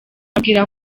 mubwira